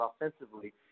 offensively